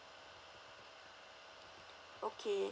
okay